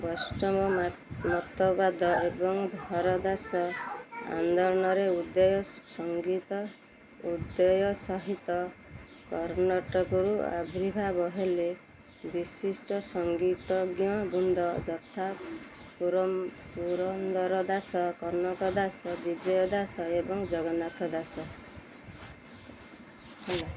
ବୈଷ୍ଣବ ମତବାଦ ଏବଂ ହରିଦାସ ଆନ୍ଦୋଳନର ଉଦୟ ସହିତ କର୍ଣ୍ଣାଟକରୁ ଆବିର୍ଭାବ ହେଲେ ବିଶିଷ୍ଟ ସଂଗୀତଜ୍ଞବୃନ୍ଦ ଯଥା ପୁରନ୍ଦର ଦାସ କନକ ଦାସ ବିଜୟ ଦାସ ଏବଂ ଜଗନ୍ନାଥ ଦାସ